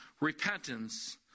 repentance